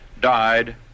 died